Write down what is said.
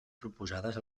proposades